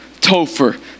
Topher